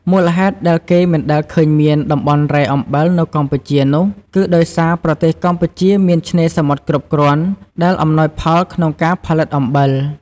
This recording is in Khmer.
មូលហេតុដែលគេមិនដែលឃើំញមានតំបន់រ៉ែអំបិលនៅកម្ពុជានោះ គឺដោយសារប្រទេសកម្ពុជាមានឆ្នេរសមុទ្រគ្រប់គ្រាន់ ដែលអំណោយផលក្នុងការផលិតអំបិល។